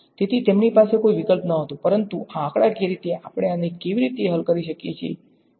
તેથી તેમની પાસે કોઈ વિકલ્પ નહોતો પરંતુ આ આંકડાકીય રીતે આપણે આને કેવી રીતે હલ કરી શકીએ તે જાણવા માટે